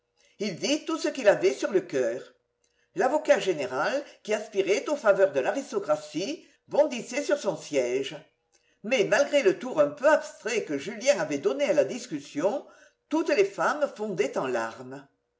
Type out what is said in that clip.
il dit tout ce qu'il avait sur le coeur l'avocat général qui aspirait aux faveurs de l'aristocratie bondissait sur son siège mais malgré le tour un peu abstrait que julien avait donné à la discussion toutes les femmes fondaient en larmes